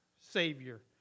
Savior